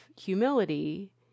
humility